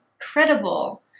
incredible